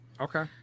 okay